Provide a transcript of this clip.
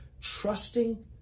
trusting